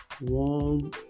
One